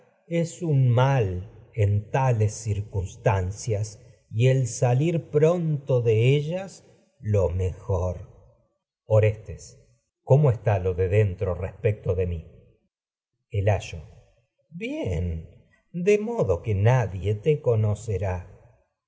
el esperar mal en tales circunstancias y pronto de ellas lo mejor orestes el cómo está lo de dentro que respecto de mi ayo bien está de modo nadie te conocerá